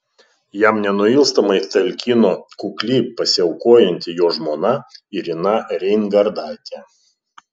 jam nenuilstamai talkino kukli pasiaukojanti jo žmona irina reingardaitė